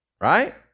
right